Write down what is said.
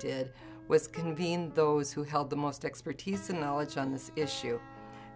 did was convened those who held the most expertise and knowledge on this issue